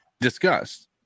discussed